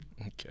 Okay